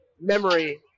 memory